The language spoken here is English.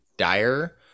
Dire